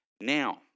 now